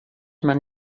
man